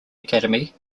academy